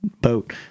boat